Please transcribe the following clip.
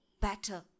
better